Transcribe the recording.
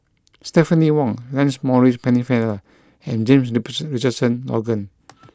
Stephanie Wong Lancelot Maurice Pennefather and James Richardson Logan